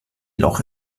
loch